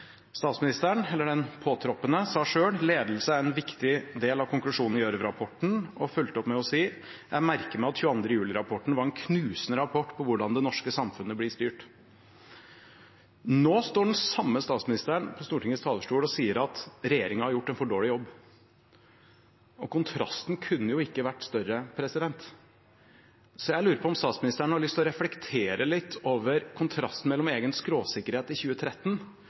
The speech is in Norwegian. Statsministeren – den da påtroppende – sa selv at «ledelse er en viktig del av konklusjonen i Gjørv-rapporten». Hun fulgte opp med å si: «Jeg merker meg at 22. juli-rapporten var en knusende rapport på hvordan det norske samfunnet blir styrt.» Nå står den samme statsministeren på Stortingets talerstol og sier at regjeringen har gjort en for dårlig jobb. Kontrasten kunne jo ikke vært større, så jeg lurer på om statsministeren har lyst til å reflektere litt over kontrasten mellom egen skråsikkerhet i 2013